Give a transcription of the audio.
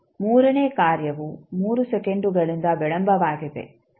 ಮೂರನೇ ಕಾರ್ಯವು 3 ಸೆಕೆಂಡುಗಳಿಂದ ವಿಳಂಬವಾಗಿದೆ